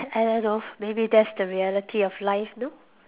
I don't know maybe that's the reality of life you know